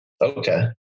Okay